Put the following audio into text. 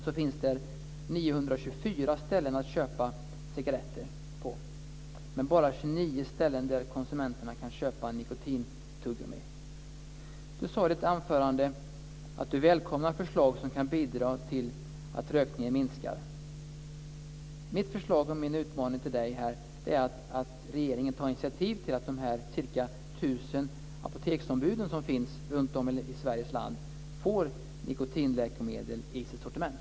Där finns det 924 ställen att köpa cigaretter på men bara 29 ställen där konsumenterna kan köpa nikotintuggummi. Socialministern sade i sitt anförande att han välkomnar förslag som kan bidra till att rökningen minskar. Mitt förslag och min utmaning till socialministern är att regeringen ska ta initiativ till att de ca 1 000 apoteksombud som finns runtom i Sveriges land ska få nikotinläkemedel i sitt sortiment.